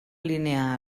línia